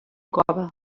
cove